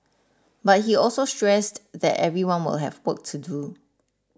but he also stressed that everyone will have work to do